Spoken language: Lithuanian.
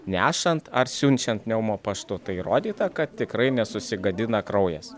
nešant ar siunčiant pneumo paštu tai įrodyta kad tikrai nesusigadina kraujas